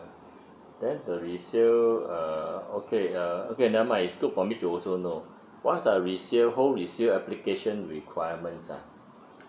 then the resell err okay uh okay never mind is good for me to also know what are the resell whole resell application requirements ah